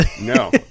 No